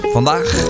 Vandaag